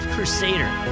Crusader